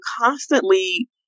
constantly